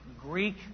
Greek